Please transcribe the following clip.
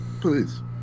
Please